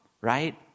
right